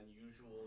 unusual